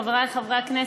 חברי חברי הכנסת,